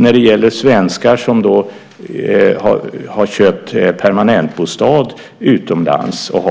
När det gäller svenskar som har köpt permanentbostad utomlands och